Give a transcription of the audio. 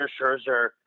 Scherzer